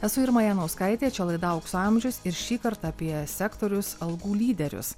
esu irma janauskaitė čia laida aukso amžius ir šįkart apie sektoriaus algų lyderius